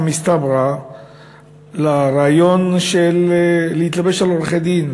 מסתברא לרעיון של התלבשות על עורכי-דין,